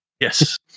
yes